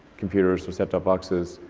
computers or set top boxes.